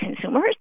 consumers